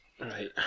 Right